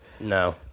No